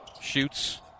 shoots